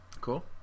cool